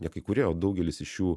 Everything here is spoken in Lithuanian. ne kai kurie o daugelis iš jų